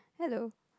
hello